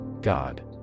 God